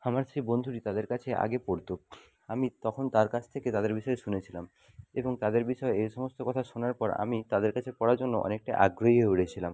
আমার সেই বন্ধুটি তাদের কাছে আগে পড়তো আমি তখন তার কাছ থেকে তাদের বিষয়ে শুনেছিলাম এবং তাদের বিষয়ে এই সমস্ত কথা শোনার পর আমি তাদের কাছে পড়ার জন্য অনেকটা আগ্রহী হয়ে উঠেছিলাম